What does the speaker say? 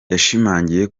yashimangiye